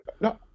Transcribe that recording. No